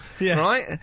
right